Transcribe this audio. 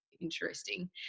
interesting